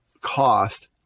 cost